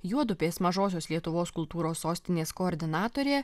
juodupės mažosios lietuvos kultūros sostinės koordinatorė